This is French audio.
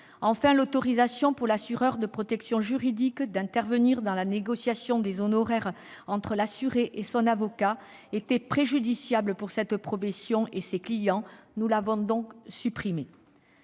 Enfin, l'autorisation, pour l'assureur de protection juridique, d'intervenir dans la négociation des honoraires entre l'assuré et son avocat était préjudiciable à cette profession et à ses clients ; nous l'avons donc supprimée.